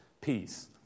peace